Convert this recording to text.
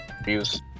abuse